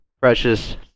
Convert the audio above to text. precious